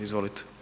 Izvolite.